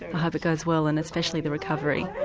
hope it goes well, and especially the recovery.